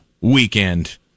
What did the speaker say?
weekend